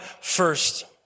first